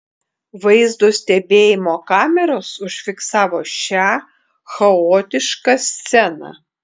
vaizdo stebėjimo kameros užfiksavo šią chaotišką sceną